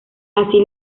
así